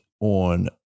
on